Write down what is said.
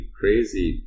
crazy